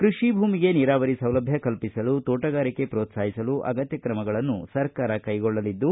ಕೃಷಿ ಭೂಮಿಗೆ ನೀರಾವರಿ ಸೌಲಭ್ಯ ಕಲ್ಪಿಸಲು ತೋಟಗಾರಿಕೆ ಪ್ರೋತ್ಸಾಹಿಸಲು ಅಗತ್ತ ಕ್ರಮಗಳನ್ನು ಸರ್ಕಾರ ಕೈಗೊಳ್ಳಲಿದ್ದು